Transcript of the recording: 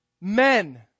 men